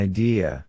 Idea